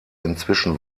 inzwischen